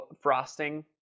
frosting